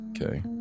Okay